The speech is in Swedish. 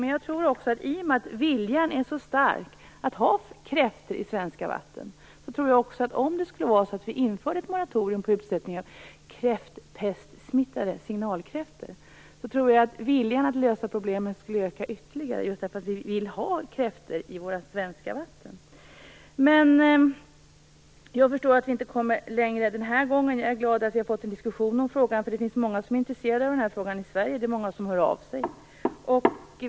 Men i och med att viljan att ha kräftor i svenska vatten är så stark tror jag också att viljan att lösa problemet skulle öka ytterligare om vi införde ett moratorium på utsättning av kräftpestsmittade signalkräftor, just därför att vi vill ha kräftor i våra svenska vatten. Jag förstår att vi inte kommer längre den här gången. Jag är glad att vi har fått en diskussion om frågan, för det finns många som är intresserade av den här frågan i Sverige. Det är många som hör av sig.